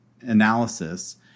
analysis